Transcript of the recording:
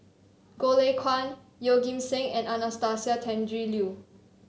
Goh Lay Kuan Yeoh Ghim Seng and Anastasia Tjendri Liew